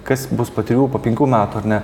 kas bus po trijų po penkių metų ar ne